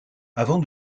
avant